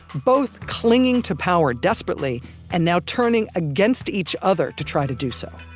both clinging to power desperately and now turning against each other to try to do so